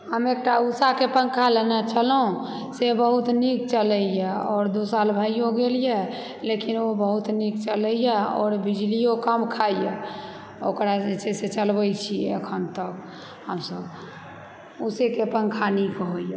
हम एकटा उषाके पंखा लेने छलहुँ से बहुत नीक चलैए आओर दू साल भइयो गेलए लेकिन ओ बहुत नीक चलैए आओर बिजलियो कम खाइए ओकरा जे छै से चलबै छी अखन तऽ हमसभ उषाके पंखा नीक होइए